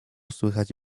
słychać